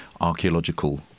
archaeological